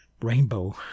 rainbow